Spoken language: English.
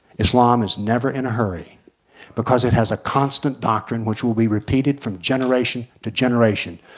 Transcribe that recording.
islam is never in a hurry because it has a constant doctrine, which will be repeated from generation to generation.